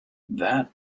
that